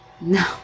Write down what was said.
no